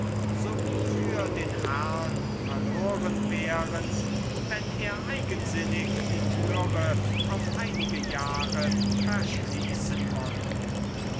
so wie für den herrn verloren wären wenn er eigensinnig die türe auf einige jahre verschließen wollte